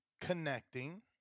connecting